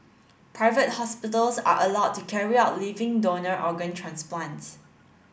private hospitals are allowed to carry out living donor organ transplants